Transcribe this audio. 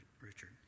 Richard